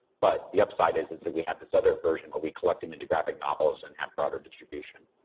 but the upside is is that we have this other version where we collect em into graphic novels and have broader distribution.